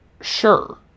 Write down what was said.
Sure